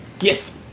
Yes